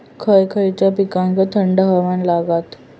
खय खयच्या पिकांका थंड हवामान लागतं?